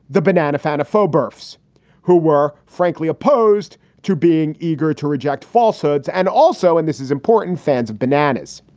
the banana fanta faux berths who were frankly opposed to being eager to reject falsehoods. and also and this is important, fans of bananas.